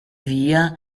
via